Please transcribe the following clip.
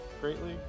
greatly